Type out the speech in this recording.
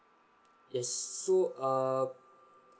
yes so err